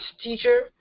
teacher